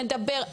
נדבר.